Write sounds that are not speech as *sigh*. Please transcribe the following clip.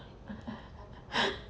*laughs*